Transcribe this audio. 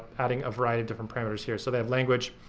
adding a variety of different parameters here. so they have language,